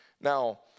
Now